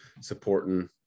supporting